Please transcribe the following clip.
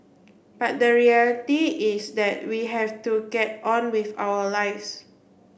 but the reality is that we have to get on with our lives